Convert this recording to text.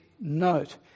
note